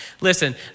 listen